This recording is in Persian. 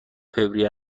فوریه